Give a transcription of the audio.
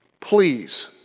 please